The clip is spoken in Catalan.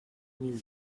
mil